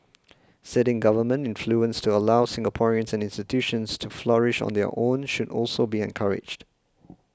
ceding government influence to allow Singaporeans and institutions to flourish on their own should also be encouraged